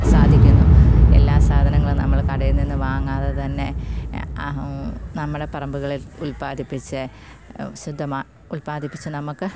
സാധിക്കുന്നു എല്ലാ സാധനങ്ങളും നമ്മൾ കടയിൽ നിന്നു വാങ്ങാതെ തന്നെ നമ്മുടെ പറമ്പുകളിൽ ഉൽപാദിപ്പിച്ച് ശുദ്ധമായ ഉൽപ്പാദിപ്പിച്ച് നമുക്ക്